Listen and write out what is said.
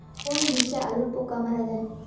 কোন বিষে আলুর পোকা মারা যায়?